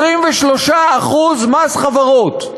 23% מס חברות.